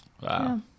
wow